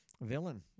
villain